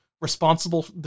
responsible